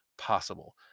Possible